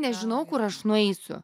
nežinau kur aš nueisiu